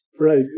Right